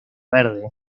verde